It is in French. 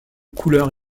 couleur